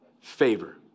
favor